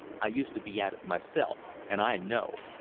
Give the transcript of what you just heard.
i used to be at it myself, and i know.